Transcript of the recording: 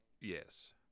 Yes